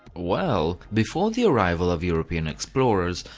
well, before the arrival of european explorers,